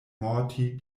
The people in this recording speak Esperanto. morti